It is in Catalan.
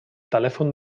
telèfon